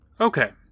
Okay